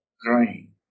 crying